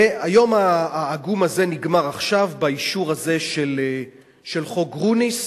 והיום העגום הזה נגמר באישור הזה של חוק גרוניס,